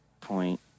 point